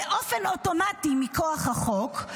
באופן אוטומטי מכוח החוק,